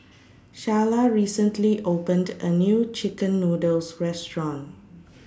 Sharla recently opened A New Chicken Noodles Restaurant